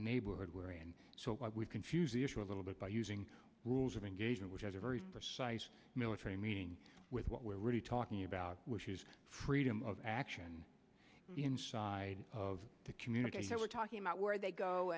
neighborhood so we confuse the issue a little bit by using rules of engagement which has a very precise military meeting with what we're really talking about which is freedom of action inside of the community so we're talking about where they go